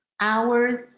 hours